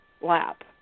lap